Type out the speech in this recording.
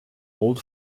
old